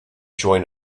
join